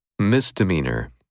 Misdemeanor